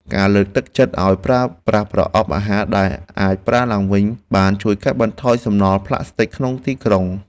ការលើកទឹកចិត្តឱ្យប្រើប្រាស់ប្រអប់អាហារដែលអាចប្រើឡើងវិញបានជួយកាត់បន្ថយសំណល់ប្លាស្ទិកក្នុងទីក្រុង។